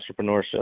entrepreneurship